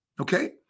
Okay